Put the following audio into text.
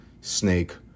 snake